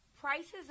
prices